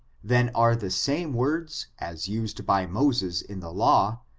then are the same words as used by moses in the law,